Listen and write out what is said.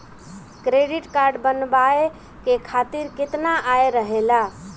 Credit card बनवाए के खातिर केतना आय रहेला?